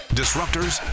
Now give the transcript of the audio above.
disruptors